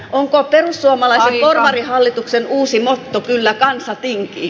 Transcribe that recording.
onko perussuomalaisen porvarihallituksen uusi motto kyllä kansa tinkii